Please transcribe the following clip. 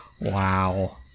Wow